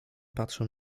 patrzył